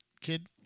kid